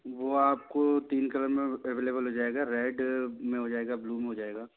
वो आपको तीन कलर में अवेलेबल हो जाएगा रेड में हो जाएगा ब्लू में हो जाएगा